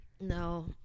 No